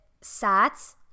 SATs